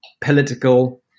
political